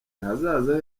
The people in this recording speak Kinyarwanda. ahazaza